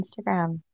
Instagram